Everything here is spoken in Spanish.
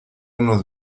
nos